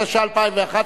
התשע"א 2011,